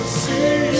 see